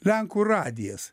lenkų radijas